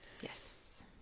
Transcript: Yes